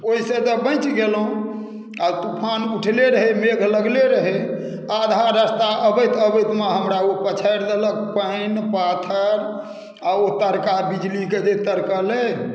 ओहि से तऽ बचि गेलहुँ आ तूफान उठले रहै मेघ लगले रहै आधा रस्ता अबैत अबैतमे हमरा ओ पछारि देलक पानि पाथर आ ओ तड़का बिजलीके जे तड़कलै